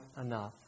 enough